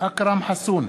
אכרם חסון,